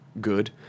good